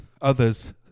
others